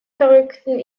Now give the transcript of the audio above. verrückten